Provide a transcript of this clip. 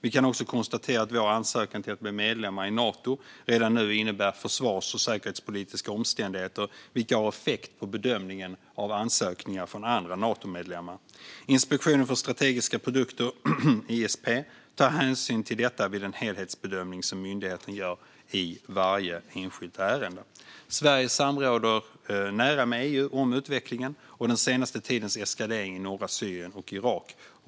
Vi kan också konstatera att vår ansökan till att bli medlemmar i Nato redan nu innebär försvars och säkerhetspolitiska omständligheter vilka har effekt på bedömningen av ansökningar från andra Natomedlemmar. Inspektionen för strategiska produkter, ISP, tar hänsyn till detta vid den helhetsbedömning som myndigheten gör i varje enskilt ärende. Sverige samråder nära med EU om utvecklingen och den senaste tidens eskalering i norra Syrien och Irak.